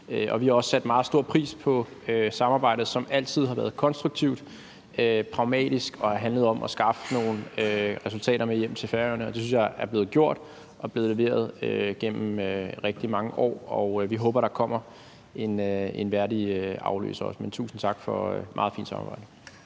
Vi har også sat meget stor pris på samarbejdet, som altid har været konstruktivt og pragmatisk og har handlet om at skaffe nogle resultater med hjem til Færøerne. Og det synes jeg er blevet gjort og er blevet leveret gennem rigtig mange år. Vi håber, der kommer en værdig afløser. Tusind tak for et meget fint samarbejde.